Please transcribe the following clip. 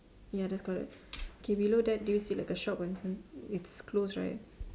ya that's correct okay below that do you see like a shop it's closed right